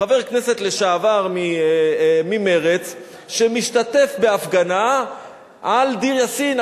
חבר כנסת לשעבר ממרצ שמשתתף בהפגנה על דיר-יאסין,